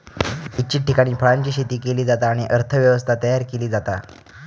इच्छित ठिकाणी फळांची शेती केली जाता आणि अर्थ व्यवस्था तयार केली जाता